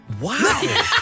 Wow